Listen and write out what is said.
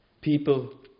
people